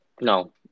No